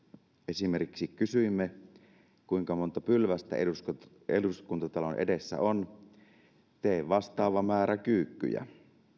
esimerkiksi kysyimme kuinka monta pylvästä eduskuntatalon edessä on tee vastaava määrä kyykkyjä